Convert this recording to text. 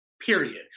period